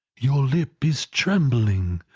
your lip is trembling,